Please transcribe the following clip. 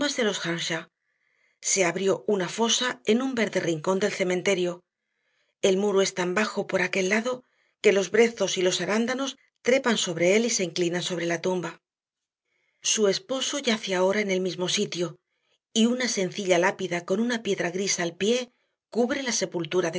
se abrió una fosa en un verde rincón del cementerio el muro es tan bajo por aquel lado que los brezos y los arándanos trepan sobre él y se inclinan sobre la tumba su esposo yace ahora en el mismo sitio y una sencilla lápida con una piedra gris al pie cubre la sepultura